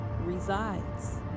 resides